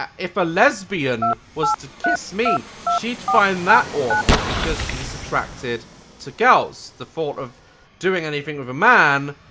if a lesbian was to kiss me, she'd find that awful because she's attracted to girls. the thought of doing anything of a man.